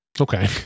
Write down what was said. okay